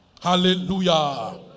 Hallelujah